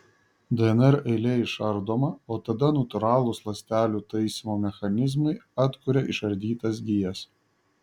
dnr eilė išardoma o tada natūralūs ląstelių taisymo mechanizmai atkuria išardytas gijas